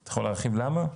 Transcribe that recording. אתה יכול להרחיב למה?